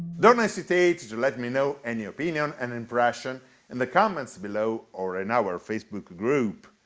don't hesitate to let me know any opinion and impression in the comments below or in our facebook group.